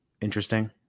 interesting